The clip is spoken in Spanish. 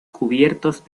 cubiertos